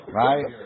right